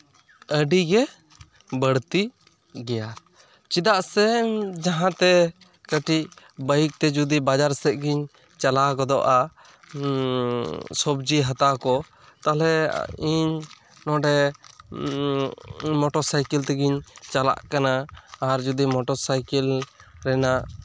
ᱟᱹᱰᱤᱜᱮ ᱵᱟᱹᱲᱛᱤ ᱜᱮᱭᱟ ᱪᱮᱫᱟᱜ ᱥᱮ ᱡᱟᱦᱟᱸᱛᱮ ᱠᱟᱹᱴᱤᱡ ᱵᱟᱭᱤᱠ ᱛᱮ ᱡᱩᱫᱤ ᱵᱟᱡᱟᱨ ᱥᱮᱜ ᱜᱤᱧ ᱪᱟᱞᱟᱣ ᱜᱚᱫᱚᱜᱼᱟ ᱥᱚᱵᱡᱤ ᱦᱟᱛᱟᱣ ᱠᱚ ᱛᱟᱦᱚᱞᱮ ᱤᱧ ᱱᱚᱰᱮ ᱢᱳᱴᱚᱨ ᱥᱟᱭᱠᱮᱞ ᱛᱮᱜᱤᱧ ᱪᱟᱞᱟᱜ ᱠᱟᱱᱟ ᱟᱨ ᱡᱚᱫᱤ ᱢᱳᱴᱚᱨ ᱥᱟᱭᱠᱮᱞ ᱨᱮᱱᱟᱜ